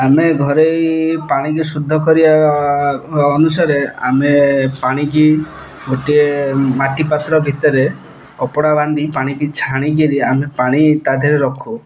ଆମେ ଘରେ ପାଣିକି ଶୁଦ୍ଧ କରିବା ଅନୁସାରେ ଆମେ ପାଣିକି ଗୋଟିଏ ମାଟି ପାତ୍ର ଭିତରେ କପଡ଼ା ବାନ୍ଧି ପାଣିକି ଛାଣିକିରି ଆମେ ପାଣି ତା ଦେହରେ ରଖୁ